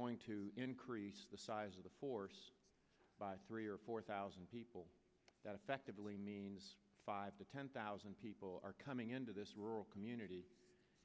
going to increase the size of the force by three or four thousand people that effectively means five to ten thousand people are coming into this rural community